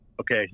okay